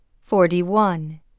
forty-one